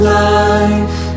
life